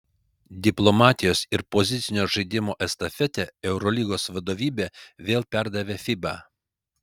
diplomatijos ir pozicinio žaidimo estafetę eurolygos vadovybė vėl perdavė fiba